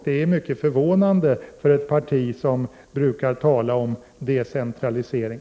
Det är mycket förvånande när det gäller ett parti som brukar tala om decentralisering.